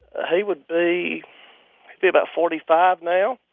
he would be be about forty five now.